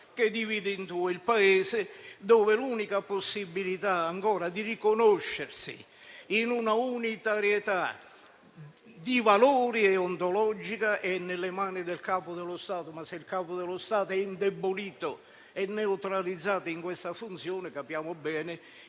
che divide in due il Paese, in cui l'unica possibilità ancora di riconoscersi in una unitarietà di valori e ontologica è nelle mani del Capo dello Stato. Se però costui è indebolito e neutralizzato in questa funzione, capiamo bene